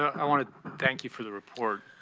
i want to thank you for the report.